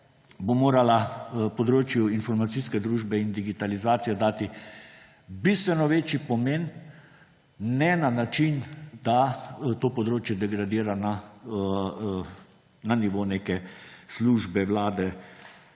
bo morala področju informacijske družbe in digitalizacije dati bistveno večji pomen, ne na način, da to področje degradira na nivo neke službe Vlade,